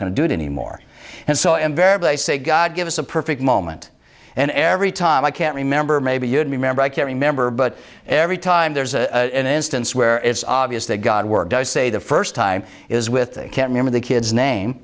going to do it anymore and so invariably i say god give us a perfect moment and every time i can't remember maybe you'd remember i can remember but every time there's a instance where it's obvious that god's word does say the first time is with they can't remember the kid's name